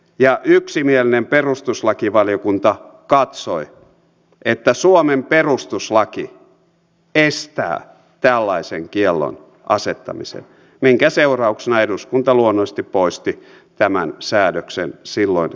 ja yksimielinen perustuslakivaliokunta katsoi että suomen perustuslaki estää tällaisen kiellon asettamisen minkä seurauksena eduskunta luonnollisesti poisti tämän säädöksen silloin käsitellystä laista